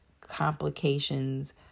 complications